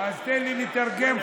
תן לי לתרגם.